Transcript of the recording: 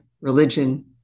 religion